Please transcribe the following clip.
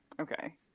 Okay